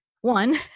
one